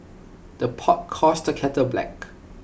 the pot calls the kettle black